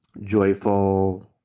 joyful